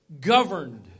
Governed